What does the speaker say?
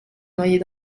noyer